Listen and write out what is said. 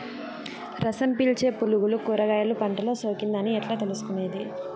రసం పీల్చే పులుగులు కూరగాయలు పంటలో సోకింది అని ఎట్లా తెలుసుకునేది?